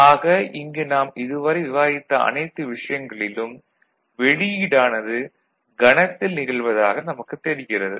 ஆக இங்கு நாம் இதுவரை விவாதித்த அனைத்து விஷயங்களிலும் வெளியீடானது கணத்தில் நிகழ்வதாக நமக்குத் தெரிகிறது